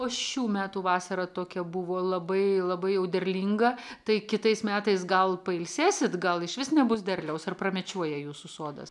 o šių metų vasara tokia buvo labai labai jau derlinga tai kitais metais gal pailsėsit gal išvis nebus derliaus ar pramečiuoja jūsų sodas